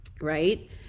right